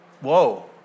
Whoa